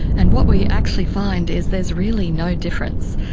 and what we actually find is there's really no difference.